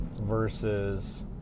versus